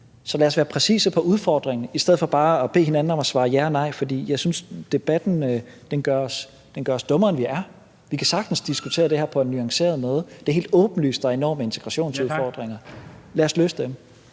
Så lad os være præcise med hensyn til udfordringen i stedet for bare at bede hinanden om at svare ja eller nej, for jeg synes, at den debat gør os dummere, end vi er. Vi kan sagtens diskutere det her på en nuanceret måde. Det er helt åbenlyst, at der er enorme integrationsudfordringer. Lad os løse dem.